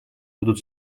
будут